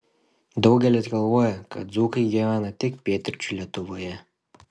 daugelis galvoja kad dzūkai gyvena tik pietryčių lietuvoje